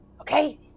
Okay